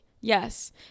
Yes